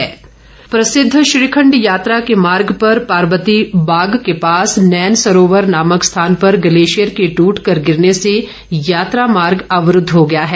श्रीखण्ड प्रसिद्ध श्रीखण्ड यात्रा के मार्ग पर पार्वती बाग के पास नैन सरोवर नामक स्थान पर ग्लेशियर के ट्रट कर गिरने से यात्रा मार्ग अवरूद्व हो गया है